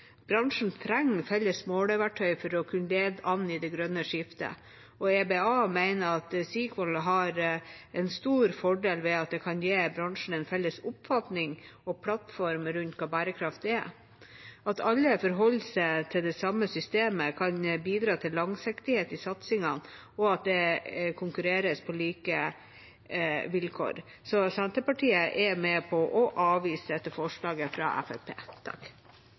Bransjen trenger felles måleverktøy for å kunne lede an i det grønne skiftet. EBA mener at CEEQUAL har en stor fordel ved at det kan gi bransjen en felles oppfatning og plattform rundt hva bærekraft er. Det at alle forholder seg til det samme systemet, kan bidra til langsiktighet i satsingen, og at det konkurreres på like vilkår. Derfor er Senterpartiet med på avvise dette forslaget fra